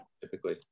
typically